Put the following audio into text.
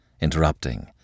interrupting